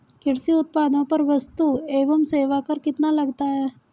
कृषि उत्पादों पर वस्तु एवं सेवा कर कितना लगता है?